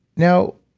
now,